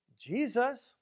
Jesus